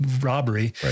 robbery